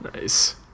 Nice